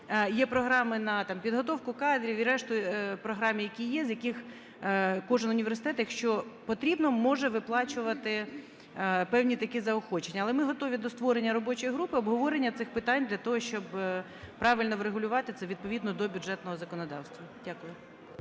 є програми на там підготовку кадрів і решту програм, які є, з яких кожен університет, якщо потрібно, може виплачувати певні такі заохочення. Але ми готові до створення робочої групи обговорення цих питань, для того щоб правильно врегулювати це, відповідно до бюджетного законодавства. Дякую.